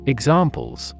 Examples